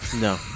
No